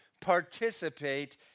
participate